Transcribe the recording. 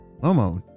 Momo